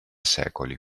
secoli